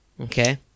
okay